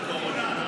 כמו של הקורונה,